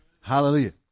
Hallelujah